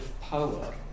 power